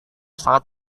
sangat